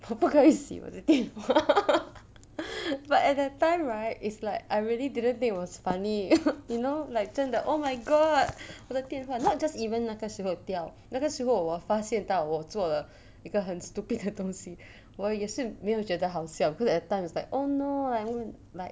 我不可以洗我的电话 but at that time right is like I really didn't think it was funny you know like 真的 oh my god 我的电话 not just even 那个时候掉那个时候我发现到我做了一个很 stupid 的东西我也是没有觉得好笑 cause that time is like oh no I mean like